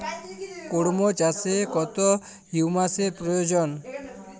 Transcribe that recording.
কুড়মো চাষে কত হিউমাসের প্রয়োজন?